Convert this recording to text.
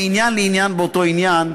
מעניין לעניין באותו עניין,